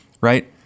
right